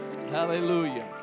Hallelujah